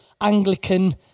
Anglican